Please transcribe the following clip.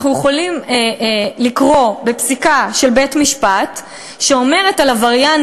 אנחנו יכולים לקרוא פסיקה של בית-משפט שאומרת על עבריין